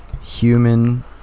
human